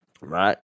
right